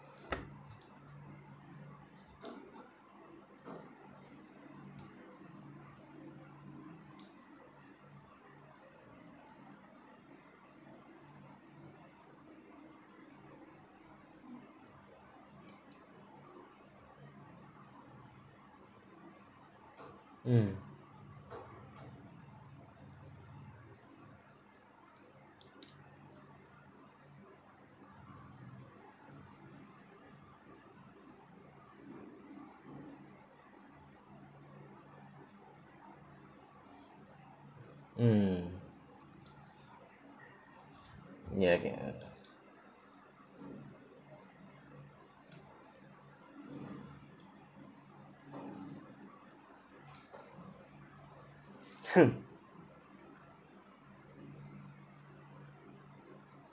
mm mm ya okay uh